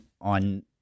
on